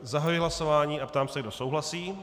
Zahajuji hlasování a ptám se, kdo souhlasí.